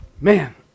Man